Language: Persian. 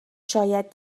شاید